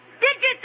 Digits